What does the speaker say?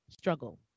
struggle